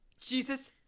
jesus